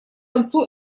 концу